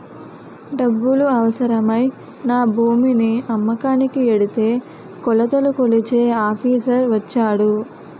డబ్బులు అవసరమై నా భూమిని అమ్మకానికి ఎడితే కొలతలు కొలిచే ఆఫీసర్ వచ్చాడు